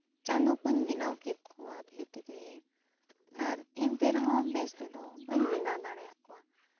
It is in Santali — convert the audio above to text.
ᱪᱟᱸᱫᱳ ᱠᱚᱧ ᱵᱮᱱᱟᱣ ᱠᱮᱫ ᱠᱚᱣᱟ ᱵᱷᱤᱛ ᱨᱮ ᱟᱨ ᱮᱱᱛᱮ ᱨᱮᱦᱚᱸ ᱵᱮᱥ ᱛᱮᱫᱚ ᱵᱟᱹᱧ ᱵᱮᱱᱟᱣ ᱫᱟᱲᱮᱭᱟᱜ ᱠᱚᱣᱟ